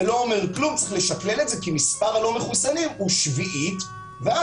זה לא אומר כלום וצריך לשקלל את זה כי מספר הלא מחוסנים הוא שביעית ואז